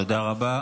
תודה רבה.